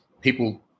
people –